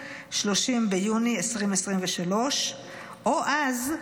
30 ביוני 2023. או-אז,